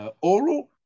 Oral